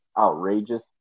outrageous